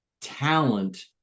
talent